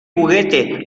juguete